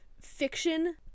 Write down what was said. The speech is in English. fiction